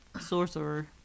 sorcerer